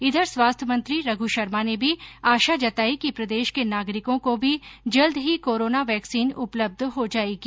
इधर स्वास्थ्य मंत्री रघु शर्मा ने भी आशा जताई कि प्रदेश के नागरिकों को भी जल्द ही कोरोना वैक्सीन उपलब्ध हो जायेगी